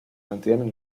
mantienen